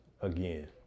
again